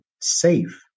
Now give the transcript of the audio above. safe